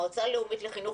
מועצה לאומית לחינוך,